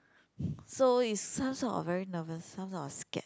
so is some sort of very nervous some sort of scared